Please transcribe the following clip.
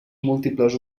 múltiples